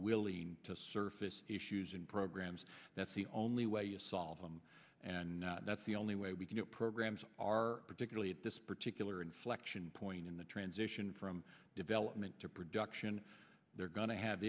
willing to surface issues and programs that's the only way to solve them and that's the only way we can get programs are particularly at this particular inflection point in the transition from development to production they're going to have